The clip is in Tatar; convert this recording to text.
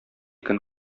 көн